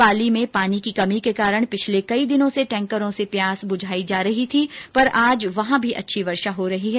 पाली में पानी की कमी के कारण पिछले कई दिनों से टैंकरों से प्यास बुझाई जा रही थी पर आज वहॉ भी अच्छी वर्षा हो रही है